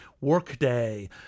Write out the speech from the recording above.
workday